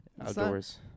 Outdoors